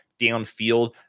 downfield